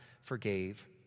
forgave